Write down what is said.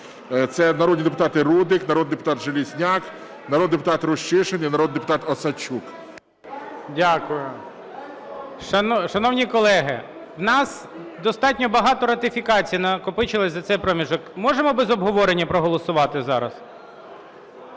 Це народний депутат Рудик, народний депутат Железняк, народний депутат Рущишин і народний депутат Осадчук. 11:47:00 ГОЛОВУЮЧИЙ. Дякую. Шановні колеги, у нас достатньо багато ратифікацій накопичилось за цей проміжок. Можемо без обговорення проголосувати зараз?